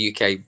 UK